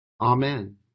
Amen